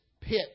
pit